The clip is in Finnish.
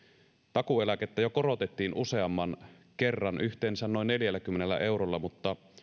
takuueläkettä jo korotettiin useamman kerran yhteensä noin neljälläkymmenellä eurolla mutta